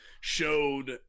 showed